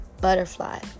butterfly